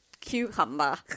cucumber